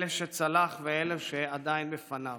אלה שצלח ואלה שעדיין בפניו.